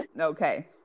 okay